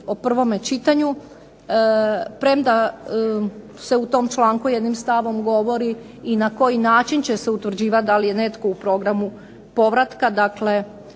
o prvome čitanju premda se u tom članku jednim stavom govori i na koji način će se utvrđivati da li je netko u programu povratka,